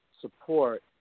support